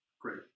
great